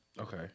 Okay